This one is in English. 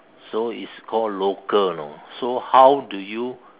so it's called local you know so how do you